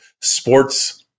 sports